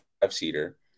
five-seater